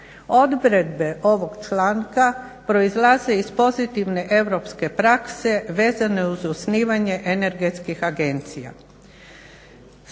Odredbe ovog članka proizlaze iz pozitivne europske prakse vezane uz osnivanje energetskih agencija.